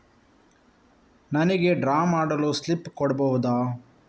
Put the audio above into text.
ನನಿಗೆ ಡ್ರಾ ಮಾಡಲು ಸ್ಲಿಪ್ ಕೊಡ್ಬಹುದಾ?